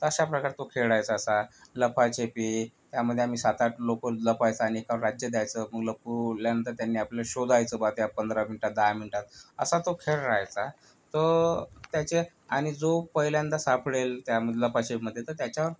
अश्या प्रकारे तो खेळायचा असा लपाछपी त्यामध्ये आम्ही सात आठ लोकं लपायचं आणि एकावर राज्य द्यायचं मग लपल्यानंतर त्यांनी आपल्या शोधायचं बा त्या पंधरा मिंटात दहा मिंटात असा तो खेळ राहायचा तो त्याच्यात आणि जो पहिल्यांदा सापडेल त्यामध्ये लपाछपीमध्ये त्याच्या